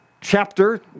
chapter